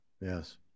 Yes